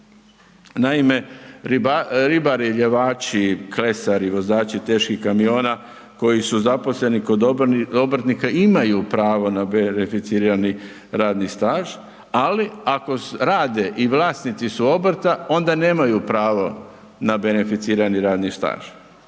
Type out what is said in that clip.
Naime, ribari, ljevači, klesari, vozači teških kamiona koji su zaposleni kod obrtnika imaju pravo na beneficirani radni staž, ali ako rade i vlasnici su obrta onda nemaju pravo na beneficirani radni staž.